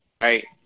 right